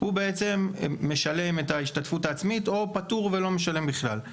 הוא בעצם משלם את ההשתתפות העצמית או פטור ולא משלם בכלל.